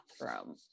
bathroom